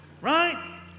right